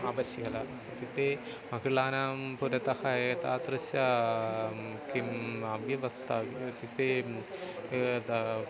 आवश्यकता इत्युक्ते महिलानां पुरतः एतादृशा किम् अव्यवस्था इत्युक्ते यदा